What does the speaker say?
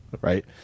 right